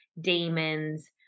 demons